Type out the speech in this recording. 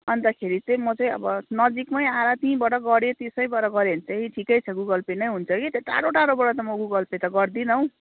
अन्तखेरि चाहिँ म चाहिँ अब नजिकमै आएर त्यहीँबाट गर्यो त्यसैबाट गर्यो भने चाहिँ ठिकै छ गुगल पे नै हुन्छ कि त्यो टाढो टाढोबाट त म गुगल पे त गर्दिनँ हौ